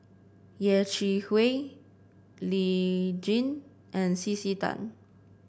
Yeh Chi Wei Lee Tjin and C C Tan